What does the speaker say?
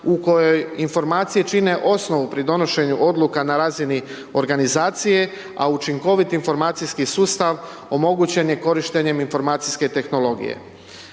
u kojoj informacije čine osnovu pri donošenju odluka pri razni organizacije a učinkoviti informacijski sustav omogućen je korištenjem informacijske tehnologije.